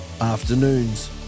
Afternoons